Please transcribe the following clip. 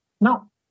Now